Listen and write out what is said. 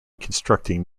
constructing